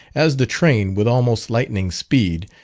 as the train, with almost lightning speed,